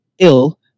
ill